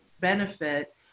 benefit